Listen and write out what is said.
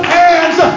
hands